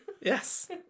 Yes